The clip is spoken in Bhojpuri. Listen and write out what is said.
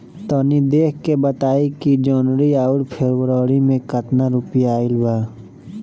तनी देख के बताई कि जौनरी आउर फेबुयारी में कातना रुपिया आएल बा?